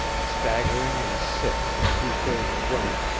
staggering and sick and two-thirds drunk,